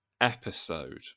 episode